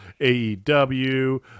AEW